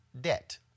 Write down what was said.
debt